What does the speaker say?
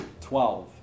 Twelve